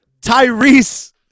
Tyrese